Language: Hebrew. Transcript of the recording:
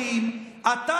משנה כמה?